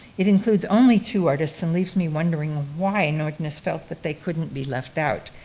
it includes only two artists, and leaves me wondering why nordness felt that they couldn't be left out.